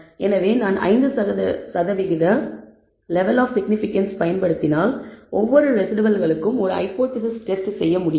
எனவே நான் 5 level of significance பயன்படுத்தினால் ஒவ்வொரு ரெஸிடுவல்களுக்கும் ஒரு ஹைபோதேசிஸ் டெஸ்ட் செய்ய முடியும்